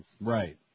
Right